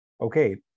okay